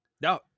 No